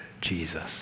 Jesus